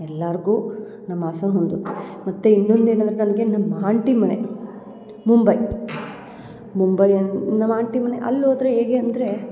ಎಲ್ಲರ್ಗೂ ನಮ್ಮ ಹಾಸನ ಹೊಂದುತ್ತೆ ಮತ್ತು ಇನ್ನೊಂದು ಏನಂದರೆ ನಮಗೆ ನಮ್ಮ ಆಂಟಿ ಮನೆ ಮುಂಬೈ ಮುಂಬೈ ಅನ್ ನಮ್ಮ ಆಂಟಿ ಮನೆ ಅಲ್ಲಿ ಹೋದರೆ ಹೇಗೆ ಅಂದರೆ